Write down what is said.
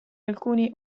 alcuni